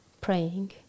praying